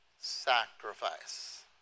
sacrifice